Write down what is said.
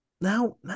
now